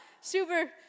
super